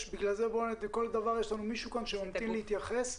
לכל נושא יש לנו גורם שממתין להתייחס.